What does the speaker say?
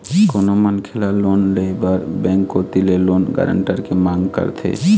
कोनो मनखे ल लोन ले बर बेंक कोती ले लोन गारंटर के मांग करथे